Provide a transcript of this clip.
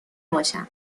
باشم